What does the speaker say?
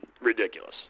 ridiculous